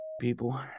people